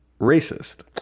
racist